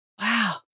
Wow